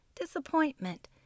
Disappointment